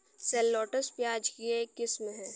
shallots, प्याज की एक किस्म है